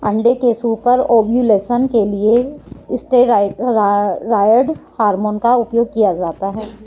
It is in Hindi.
अंडे के सुपर ओव्यूलेशन के लिए स्टेरॉयड हार्मोन का उपयोग किया जाता है